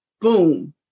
Boom